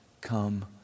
come